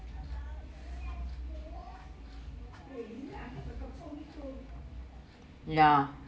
lah